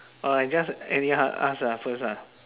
or I just anyhow ask ah first ah